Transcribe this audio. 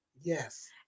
Yes